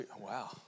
Wow